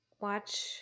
Watch